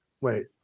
wait